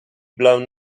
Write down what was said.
blown